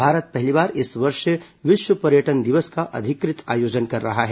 भारत पहली बार इस वर्ष विश्व पर्यटन दिवस का अधिकृत आयोजन कर रहा है